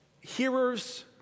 hearers